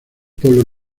polo